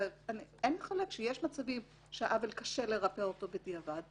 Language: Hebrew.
להתקבל לעבודה --- אין חולק שיש מצבים שקשה לרפא את העוול בדיעבד,